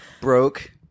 broke